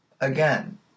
again